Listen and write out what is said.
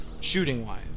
shooting-wise